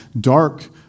dark